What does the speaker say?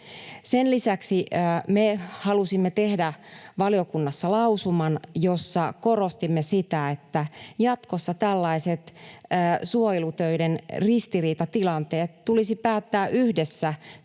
Sen lisäksi me halusimme tehdä valiokunnassa lausuman, jossa korostimme sitä, että jatkossa tällaiset suojelutöiden ristiriitatilanteet tulisi